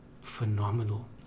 phenomenal